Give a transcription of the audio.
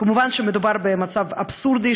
כמובן שמדובר במצב אבסורדי,